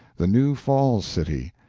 the new falls city.